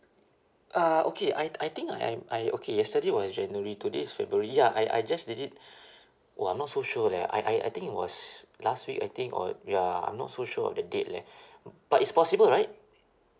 uh okay I I think I'm I okay yesterday was january today is february ya I I just did it !wah! I'm not so sure leh I I I think it was last week I think or ya I'm not so sure of the date leh but it's possible right